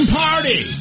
party